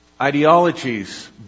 ideologies